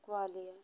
Gwalior